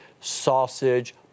sausage